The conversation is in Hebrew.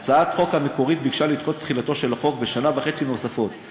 בהצעת החוק המקורית הוצע לדחות את תחילתו של החוק בשנה וחצי נוספות,